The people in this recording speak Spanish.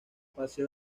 paseo